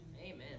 Amen